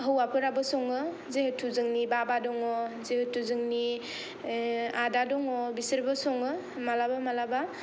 हौवाफोराबो सङो जिहेतु जोंनि बाबा जिहेतु जोंनि आदा दङ बिसोरबो सङो मालाबा मालाबा